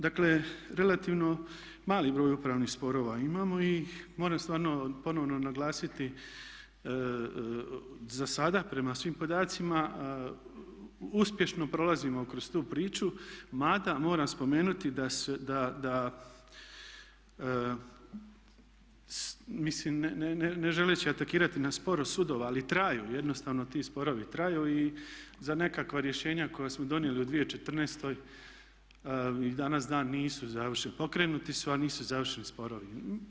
Dakle, relativno mali broj upravnih sporova imamo i moram stvarno ponovno naglasiti za sada prema svim podacima uspješno prolazimo kroz tu priču mada moram spomenuti da ne želeći atakirati na spor sudova ali traju, jednostavno ti sporovi traju i za nekakva rješenja koja smo donijeli u 2014.i danas dan nisu završeni, pokrenuti su a nisu završeni sporovi.